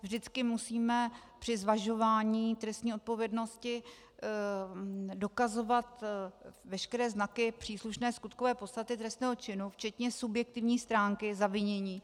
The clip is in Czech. Vždycky musíme při zvažování trestní odpovědnosti dokazovat veškeré znaky příslušné skutkové podstaty trestného činu, včetně subjektivní stránky zavinění.